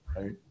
right